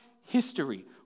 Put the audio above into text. history